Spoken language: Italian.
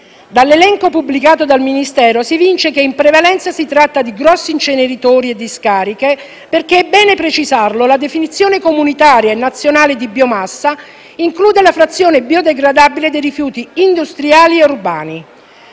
Dall'elenco pubblicato dal Ministero si evince che in prevalenza si tratta di grandi inceneritori e discariche, perché - è bene precisarlo - la definizione comunitaria e nazionale di biomassa include la frazione biodegradabile dei rifiuti industriali e urbani.